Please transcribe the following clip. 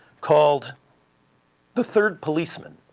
called the third policeman.